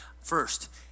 First